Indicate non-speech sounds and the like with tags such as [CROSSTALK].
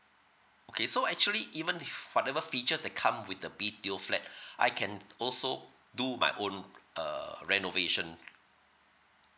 okay so actually even if whatever features that come with the B_T_O flat [BREATH] I can also do my own uh renovation